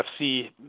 ufc